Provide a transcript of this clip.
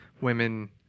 women